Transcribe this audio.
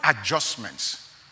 adjustments